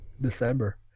December